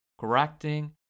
correcting